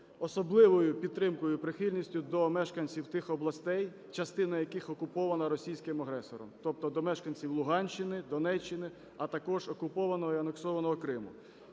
особливою підтримкою і прихильністю до мешканців тих областей, частина яких окупована російським агресором, тобто до мешканців Донеччини, Луганщини, а також окупованого і анексованого Криму.